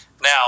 Now